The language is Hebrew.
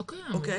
הנתונים.